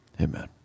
amen